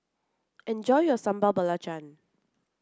enjoy your Sambal Belacan